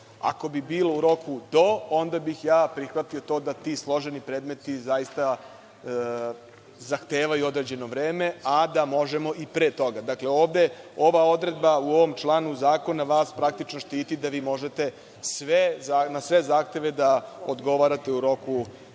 ako bi bilo u roku do, onda bih ja prihvatio to da ti složeni predmeti zaista zahtevaju određeno vreme, a da možemo i pre toga. Dakle, ovde ova odredba u ovom članu zakona vas praktično štiti da vi možete na sve zahteve da odgovarate u roku od